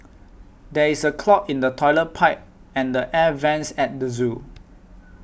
there is a clog in the Toilet Pipe and the Air Vents at the zoo